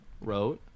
wrote